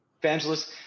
evangelist